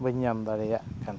ᱵᱟᱹᱧ ᱧᱟᱢ ᱫᱟᱲᱮᱭᱟᱜ ᱠᱟᱱᱟ